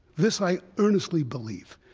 this i earnestly believe.